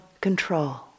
control